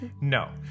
No